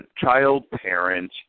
child-parent